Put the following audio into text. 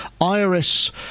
Iris